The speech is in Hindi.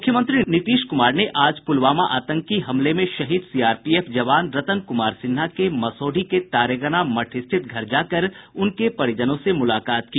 मुख्यमंत्री नीतीश कुमार ने आज पुलवामा आतंकी हमले में शहीद सीआरपीएफ जवान रतन कुमार सिन्हा के मसौढ़ी के तारेगना मठ स्थित घर जाकर उनके परिजनों से मुलाकात की